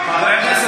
חבר הכנסת